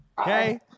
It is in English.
okay